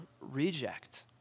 reject